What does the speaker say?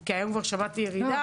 כי היום כבר שמעתי ירידה.